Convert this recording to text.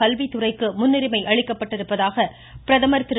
கல்வித்துறைக்கு முன்னுரிமை அளிக்கப்பட்டிருப்பதாக பிரதமர் திரு